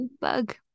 bug